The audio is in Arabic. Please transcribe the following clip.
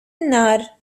النار